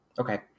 okay